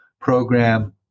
program